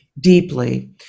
deeply